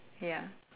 ya